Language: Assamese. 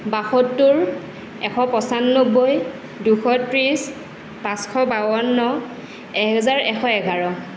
বাসত্তৰ এশ পঁচান্নব্বৈ দুশ ত্ৰিছ পাঁচশ বাৱন্ন এহেজাৰ এশ এঘাৰ